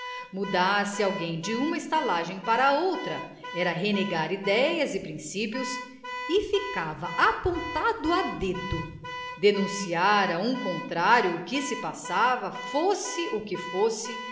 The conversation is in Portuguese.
mudar-se alguém de uma estalagem para outra era renegar idéias e princípios e ficava apontado a dedo denunciar a um contrário o que se passava fosse o que fosse